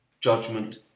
judgment